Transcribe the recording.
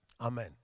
Amen